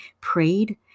prayed